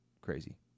Crazy